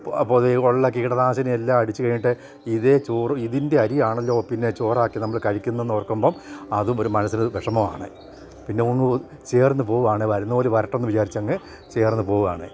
പൊതുവേയുള്ള കിടനാശിനെ എല്ലാം അടിച്ചു കഴിഞ്ഞിട്ട് ഇതേ ചോറ് ഇതിൻ്റെ അരിയാണല്ലോ പിന്നെ ചോറാക്കി നമ്മൾ കഴിക്കുന്നത് എന്നോർക്കുമ്പം അതും ഒരു മനസ്സിൽ വിഷമമാണ് പിന്നെ ഒന്ന് ചേർന്നു പോവുകയാണ് വരുന്ന പോലെ വരട്ടെന്ന് വിചാരിച്ചു അങ്ങ് ചേർന്നു പോവുകയാണ്